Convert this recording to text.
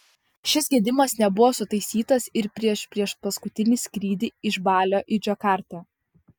šis gedimas nebuvo sutaisytas ir prieš priešpaskutinį skrydį iš balio į džakartą